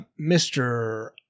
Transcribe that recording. Mr